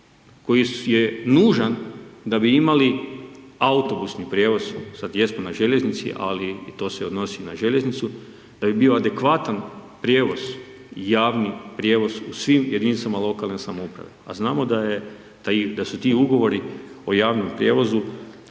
koji je nužan da bi imali autobusni prijevoz, sad jesmo na željeznici, ali i to se odnosi na željeznicu, da bi bio adekvatan prijevoz, javni prijevoz u svim jedinicama lokalne samouprave, a znamo da su ti ugovori o javnom prijevozu,